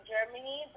Germany